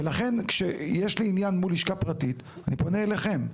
ולכן כשיש לי עניין מול לשכה פרטית אני פונה אליכם.